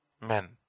men